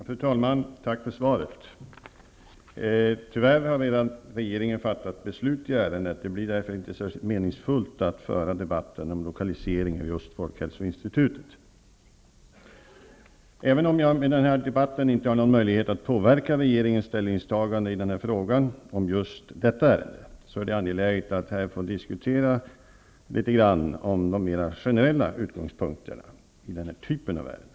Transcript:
Fru talman! Jag tackar för svaret. Tyvärr har regeringen redan fattat beslut i ärendet, och därför blir det inte särskilt meningsfullt att föra en debatt om just lokaliseringen av folkhälsoinstitutet. Även om jag genom den här debatten inte har någon möjlighet att påverka regeringens ställningstagande i just detta ärende är det angeläget att här något få diskutera de mera generella utgångspunkterna i den här typen av ärenden.